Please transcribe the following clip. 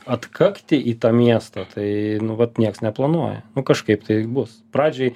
atkakti į tą miestą tai nu vat nieks neplanuoja nu kažkaip tai bus pradžiai